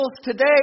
today